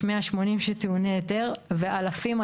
בשיחות המוקדמות שקיימנו אני חושב שהעקרונות שלפיהם צריכים